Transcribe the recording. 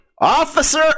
Officer